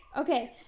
Okay